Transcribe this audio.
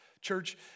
Church